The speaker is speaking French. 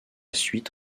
suite